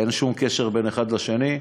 אין שום קשר בין אחד לשני.